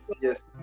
yes